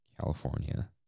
California